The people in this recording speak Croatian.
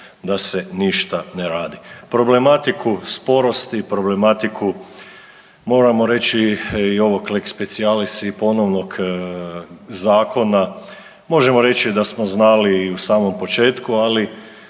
da se ništa ne radi. Problematiku sporosti, problematiku moramo reći i ovog lex specialis i ponovnog zakona možemo reći da smo znali i u samom početku. Ali